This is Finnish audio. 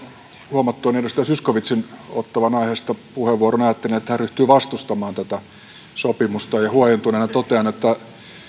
huomattuani edustaja zyskowiczin ottavan aiheesta puheenvuoron ajattelin että hän ryhtyy vastustamaan tätä sopimusta huojentuneena totean että